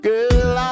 Girl